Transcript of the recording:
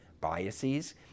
biases